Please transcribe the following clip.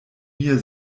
mir